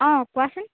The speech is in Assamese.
অঁ কোৱাচোন